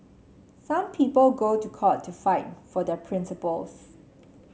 some people go to court to fight for their principles